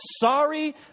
sorry